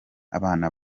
abana